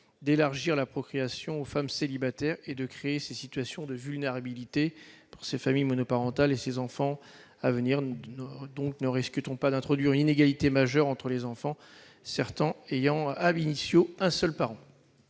d'élargir la procréation aux femmes célibataires, au travers de ce projet de loi, et de créer des situations de vulnérabilité pour ces familles monoparentales et ces enfants à venir. Ne risque-t-on pas d'introduire une inégalité majeure entre les enfants, certains ayant,, un seul parent ?